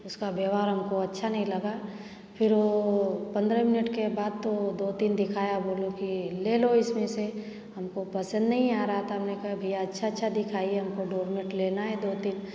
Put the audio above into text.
उसका व्यवहार हमको अच्छा नहीं लगा फिर वो पंद्रह मिनट के बाद तो दो तीन दिखाया बोलो कि ले लो इसमें से हमको पसंद नहीं आ रहा था हमने कहा भैया अच्छा अच्छा दिखाइए हमको डोरमेट लेना है दो तीन